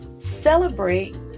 Celebrate